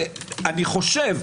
אני חושב,